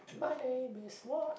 my name is what